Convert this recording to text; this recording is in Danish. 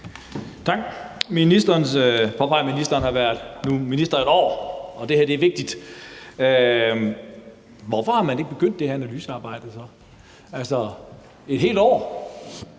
Tak. Ministeren påpeger, at han har været minister i et år nu, og at det her er vigtigt. Hvorfor er man så ikke begyndt med det analysearbejde? Altså, det er